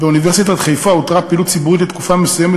"באוניברסיטת חיפה הותרה הפעילות הציבורית לתקופות מסוימות